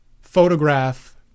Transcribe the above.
photograph